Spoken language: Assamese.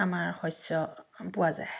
আমাৰ শস্য পোৱা যায়